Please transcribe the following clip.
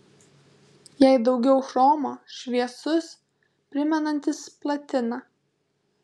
jei daugiau chromo šviesus primenantis platiną